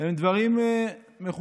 הם דברים מחודשים,